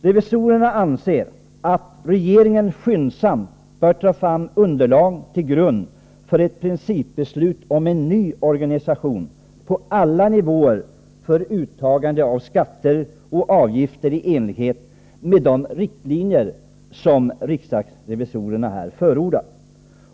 Revisorerna anser där att regeringen skyndsamt bör ta fram underlag för ett principbeslut om en ny organisation på alla nivåer för uttagande av skatter och avgifter i enlighet med de riktlinjer som riksdagens revisorer har förordat.